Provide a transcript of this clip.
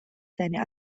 seine